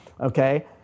Okay